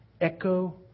Echo